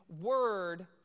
word